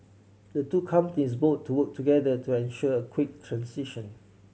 the two companies vowed to work together to ensure quick transition